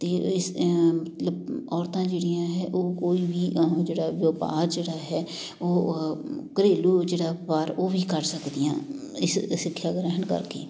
ਅਤੇ ਇਸ ਮਤਲਬ ਔਰਤਾਂ ਜਿਹੜੀਆਂ ਹੈ ਉਹ ਕੋਈ ਵੀ ਜਿਹੜਾ ਅ ਵਪਾਰ ਜਿਹੜਾ ਹੈ ਉਹ ਘਰੇਲੂ ਜਿਹੜਾ ਵਪਾਰ ਉਹ ਵੀ ਕਰ ਸਕਦੀਆਂ ਇਸ ਸਿੱਖਿਆ ਗ੍ਰਹਿਣ ਕਰਕੇ